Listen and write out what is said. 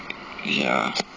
ya